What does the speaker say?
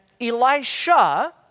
Elisha